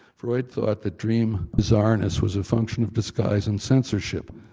freud thought that dream bizarreness was a function of disguise and censorship.